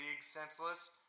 senseless